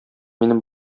минем